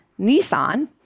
Nissan